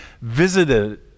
visited